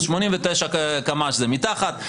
אז 89 קמ"ש זה מתחת,